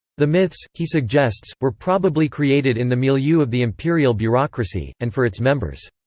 the myths, he suggests, were probably created in the milieu of the imperial bureaucracy, and for its members.